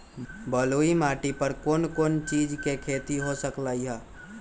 बलुई माटी पर कोन कोन चीज के खेती हो सकलई ह?